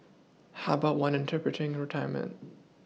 how about one interpreting retirement